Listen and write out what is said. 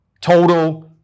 total